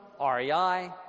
REI